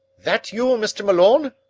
that you, mr. malone?